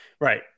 Right